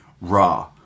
Raw